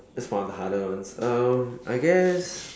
that was on of the harder ones um I guess